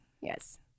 Yes